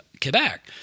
Quebec